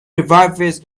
revives